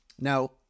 now